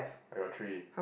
are three